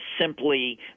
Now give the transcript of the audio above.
simply